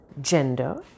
gender